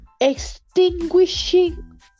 extinguishing